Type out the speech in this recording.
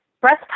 breast